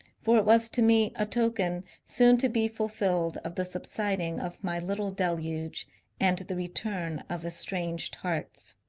for it was to me a token soon to be fulfilled of the subsiding of my little deluge and the return of estranged hearts.